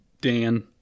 Dan